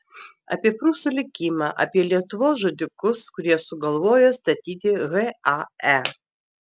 apie prūsų likimą apie lietuvos žudikus kurie sugalvojo statyti hae